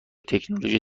تکنولوژی